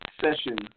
session